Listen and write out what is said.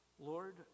Lord